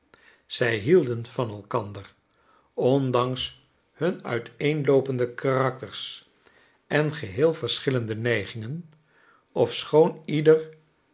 zij hielden van elkander ondanks hun uiteenloopende karakters en geheel verschillende neigingen ofschoon ieder